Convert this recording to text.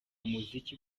umuziki